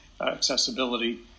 accessibility